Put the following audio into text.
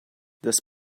this